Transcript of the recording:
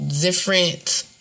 different